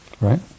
Right